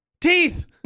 teeth